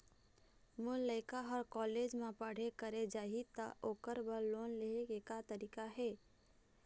मोर लइका हर कॉलेज म पढ़ई करे जाही, त ओकर बर लोन ले के का तरीका हे?